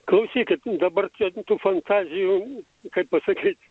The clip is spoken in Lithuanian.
klausykit dabar čia tų fantazijų kaip pasakyt